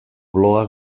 blogak